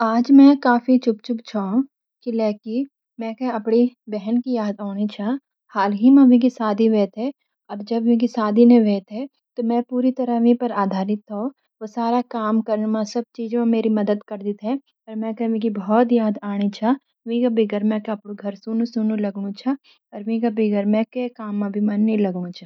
आज मैं काफी चुप चुप छो। किलायकी मैके आपड़ी बहन की याद आऊंनी छ। हाल ही म वेंकी शादी व्हाई थे। अर जब वेंकी शादी नि व्हाई थे त मैं पूरी तरह वीं पर आधारित थो वा सारा काम कन म मेरी मदद करदी थे मैके वेंकी बहुत याद आणि छ विंक बिगर मैके आपडूं घर सुनूं सुनू लग्नू छ अर विंक बिगर मेरू कई भी काम म मन नि लग्नू छ।